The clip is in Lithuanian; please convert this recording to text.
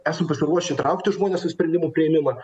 esam pasiruošę įtraukti žmones į sprendimų priėmimą